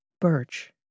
Birch